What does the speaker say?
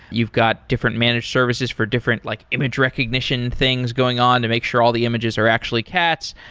you've got different managed services for different like image recognition things going on to make sure all the images are actually cats.